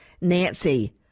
nancy